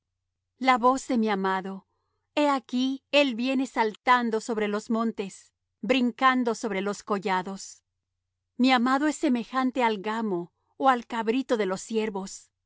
la voz de mi amado he aquí él viene saltando sobre los montes brincando sobre los collados mi amado es semejante al gamo ó al cabrito de los ciervos